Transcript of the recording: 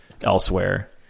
elsewhere